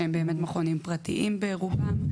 שהם באמת מכונים פרטיים כרגע,